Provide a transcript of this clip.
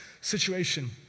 situation